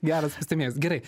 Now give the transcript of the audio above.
geras pastebėjimas gerai